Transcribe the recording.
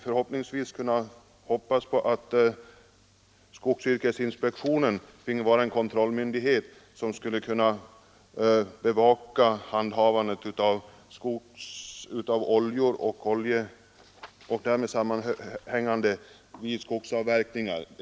Förhoppningsvis kunde skogsyrkesinspektionen vara den kontrollmyndighet som skulle bevaka handhavandet av oljor och därmed sammanhängande frågor vid skogsavverkningar.